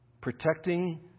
Protecting